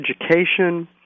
education